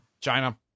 China